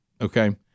Okay